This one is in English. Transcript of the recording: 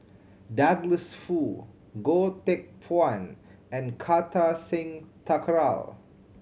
Douglas Foo Goh Teck Phuan and Kartar Singh Thakral